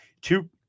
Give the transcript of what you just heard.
Two